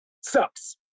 Sucks